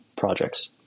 projects